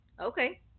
Okay